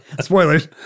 Spoilers